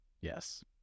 yes